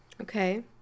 okay